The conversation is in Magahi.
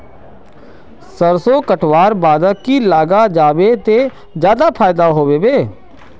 सरसों कटवार बाद की लगा जाहा बे ते ज्यादा फायदा होबे बे?